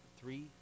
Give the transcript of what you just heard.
three